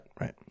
right